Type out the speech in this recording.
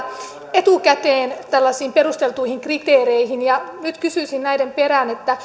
etukäteen tällaisiin perusteltuihin kriteereihin nyt kysyisin näiden perään